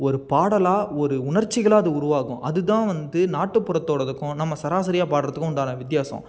ஒரு பாடலாக ஒரு உணர்ச்சிகளாக அது உருவாகும் அதுதான் வந்து நாட்டுப்புறத்தோட இதுக்கும் நம்ம சராசரியாக பாடுறதுக்கும் உண்டான வித்தியாசம்